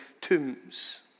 tombs